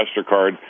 MasterCard